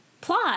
plot